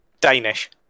Danish